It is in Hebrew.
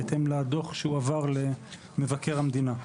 בהתאם לדוח שהועבר למבקר המדינה.